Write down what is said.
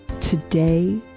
today